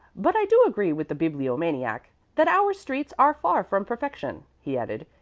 but i do agree with the bibliomaniac that our streets are far from perfection, he added.